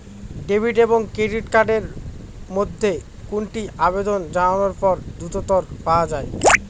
Debit এবং credit card এর মধ্যে কোনটি আবেদন জানানোর পর দ্রুততর পাওয়া য়ায়?